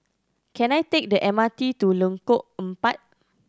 can I take the M R T to Lengkok Empat